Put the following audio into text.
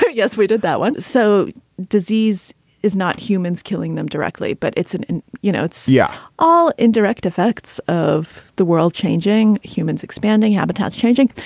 so yes, we did that one. so disease is not humans killing them directly, but it's you know, it's yeah all indirect effects of the world changing, humans expanding, habitats changing.